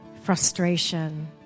frustration